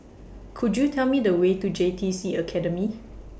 Could YOU Tell Me The Way to J T C Academy